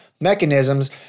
mechanisms